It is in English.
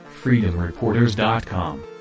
freedomreporters.com